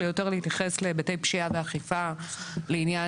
אלא יותר להתייחס להיבטי פשיעה ואכיפה לעניין